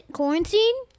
quarantine